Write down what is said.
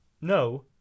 No